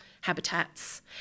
habitats